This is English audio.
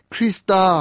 Krista